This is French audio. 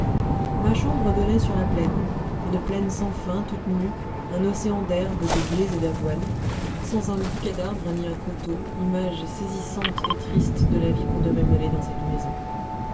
ma chambre donnait sur la plaine une plaine sans fin toute nue un océan d'herbes de blés et d'avoine sans un bouquet d'arbres ni un coteau image saisissante et triste de la vie qu'on devait mener dans cette maison